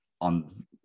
on